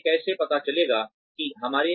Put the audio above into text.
हमें कैसे पता चलेगा कि हमारे